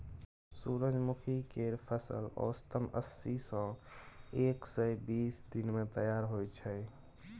सूरजमुखी केर फसल औसतन अस्सी सँ एक सय बीस दिन मे तैयार होइ छै